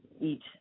eat